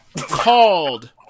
Called